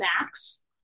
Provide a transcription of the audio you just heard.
max